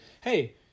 hey